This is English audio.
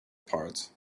parts